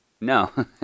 No